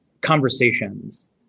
conversations